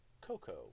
Coco